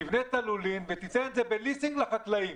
תבנה את הלולים ותיתן את זה בליסינג לחקלאים?